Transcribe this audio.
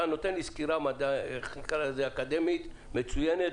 אתה נותן לי סקירה אקדמית מצוינת,